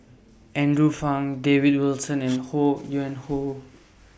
Andrew Phang David Wilson and Ho Yuen Hoe